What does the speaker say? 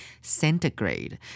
centigrade